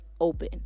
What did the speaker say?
open